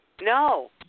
No